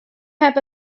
have